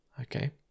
okay